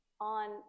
On